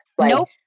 Nope